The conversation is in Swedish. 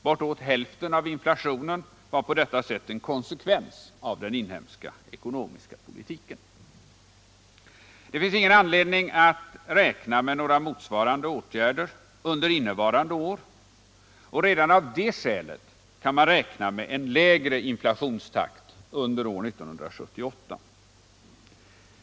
Bortåt hälften av inflationen var på detta sätt en konsekvens av den inhemska ckonomiska politiken. Det finns ingen anledning att räkna med några motsvarande åtgärder under innevarande år, och redan av det skälet kan man räkna med en lägre inflationstakt under år 1978.